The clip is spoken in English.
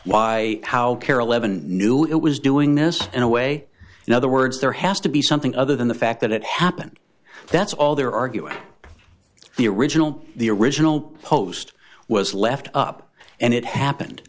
why how kara levin knew it was doing this in a way in other words there has to be something other than the fact that it happened that's all they're arguing the original the original post was left up and it happened